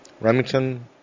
Remington